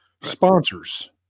sponsors